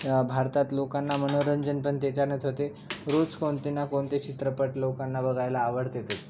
भारतात लोकांना मनोरंजनपण त्याच्यानेच होते रोज कोणते ना कोणते चित्रपट लोकांना बघायला आवडतातच